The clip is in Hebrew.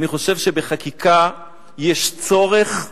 אני חושב שיש צורך לגרום,